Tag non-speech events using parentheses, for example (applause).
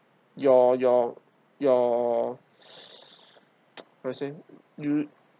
your your your (noise) how to say you